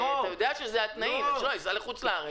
אתה יודע שאלה התנאים, שלא לנסוע לחוץ לארץ.